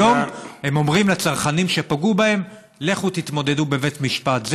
היום הם אומרים לצרכנים שפגעו בהם: לכו תתמודדו בבית משפט.